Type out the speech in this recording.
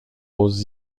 aux